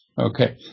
okay